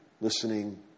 listening